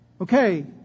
Okay